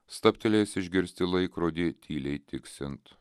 stabtelėjęs išgirsti laikrodį tyliai tiksint